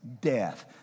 death